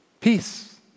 peace